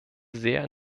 sehr